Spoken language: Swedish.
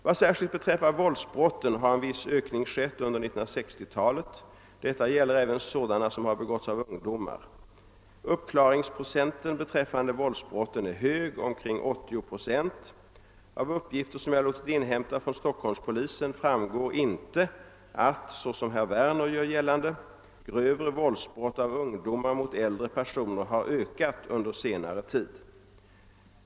Vad särskilt beträffar våldsbrotten har en viss ökning skett under 1960 talet. Detta gäller även sådana som har begåtts av ungdomar. Uppklaringsprocenten beträffande våldsbrotten är hög, den ligger vid omkring 80 procent. Av uppgifter som jag har låtit inhämta från Stockholmspolisen framgår inte att — såsom herr Werner gör gällande — grövre våldsbrott av ungdomar mot äldre personer har ökat under senare tid.